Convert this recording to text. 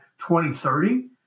2030